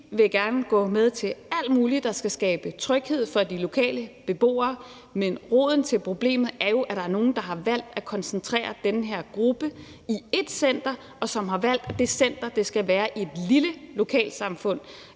Vi vil gerne gå med til alt muligt, der skal skabe tryghed for de lokale beboere, men roden til problemet er jo, at der er nogen, der har valgt at koncentrere den her gruppe i ét center, og som har valgt, at det center skal være i et lille lokalsamfund,